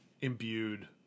imbued